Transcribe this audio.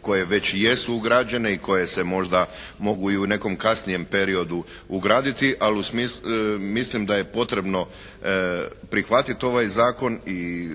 koje već i jesu ugrađene i koje se možda mogu i u nekom kasnijem periodu ugraditi, ali mislim da je potrebno prihvatiti ovaj zakon i